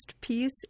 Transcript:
piece